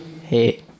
Hey